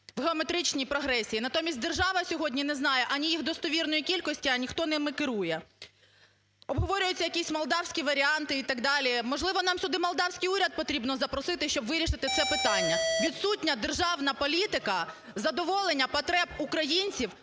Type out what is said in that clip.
в геометричні прогресії. Натомість держава сьогодні не знає ані їх достовірної кількості, ані хто ними керує. Обговорюються якісь молдавські варіанти і так далі. Можливо, нам сюди молдавський уряд потрібно запросити, щоб вирішити це питання? Відсутня державна політика задоволення потреб українців